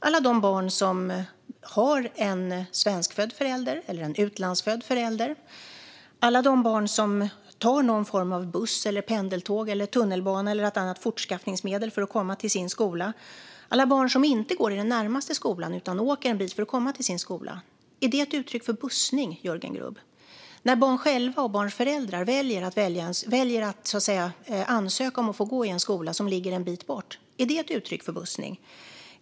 När barn som har en svenskfödd eller utlandsfödd förälder tar någon form av buss, pendeltåg, tunnelbana eller annat fortskaffningsmedel för att komma till sin skola och när barn som inte går i den närmaste skolan åker en bit för att komma till sin skola - är det ett uttryck för bussning, Jörgen Grubb? När barn själva och barns föräldrar väljer att söka sig till en skola som ligger en bit bort - är det ett uttryck för bussning?